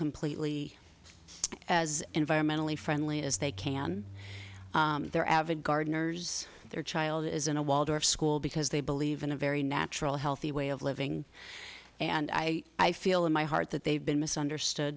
completely as environmentally friendly as they can their avid gardeners their child is in a waldorf school because they believe in a very natural healthy way of living and i i feel in my heart that they've been misunderstood